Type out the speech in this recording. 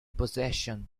possession